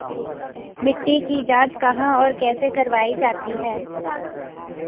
मिट्टी की जाँच कहाँ और कैसे करवायी जाती है?